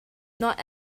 not